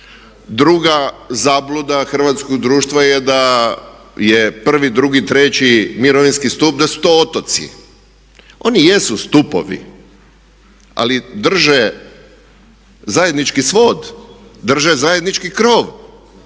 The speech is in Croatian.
Druga zabluda hrvatskog društva je da je 1., 2., 3. mirovinski stup da su to otoci. Oni jesu stupovi, ali drže zajednički svod, drže zajednički krov